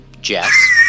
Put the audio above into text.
Jess